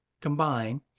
combine